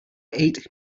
eight